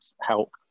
help